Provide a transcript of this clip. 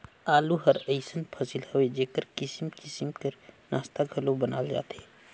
आलू हर अइसन फसिल हवे जेकर किसिम किसिम कर नास्ता घलो बनाल जाथे